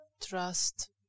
trust